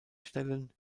stellen